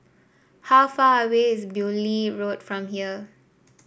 how far away is Beaulieu Road from here